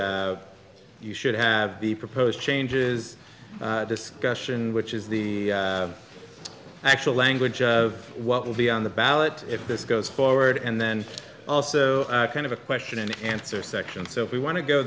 and you should have the proposed changes discussion which is the actual language of what will be on the ballot if this goes forward and then also kind of a question and answer section so if we want to go